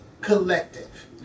collective